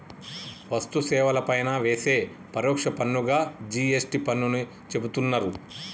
వస్తు సేవల పైన వేసే పరోక్ష పన్నుగా జి.ఎస్.టి పన్నుని చెబుతున్నరు